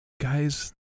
Guys